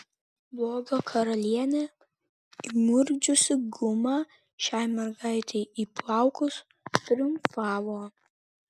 blogio karalienė įmurkdžiusi gumą šiai mergaitei į plaukus triumfavo